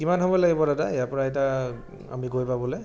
কিমান সময় লাগিব দাদা ইয়াৰ পৰা এতিয়া আমি গৈ পাবলৈ